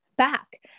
back